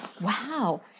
Wow